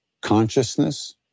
consciousness